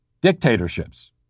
dictatorships